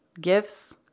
gifts